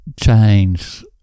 change